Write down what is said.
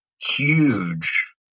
huge